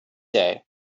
day